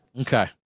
Okay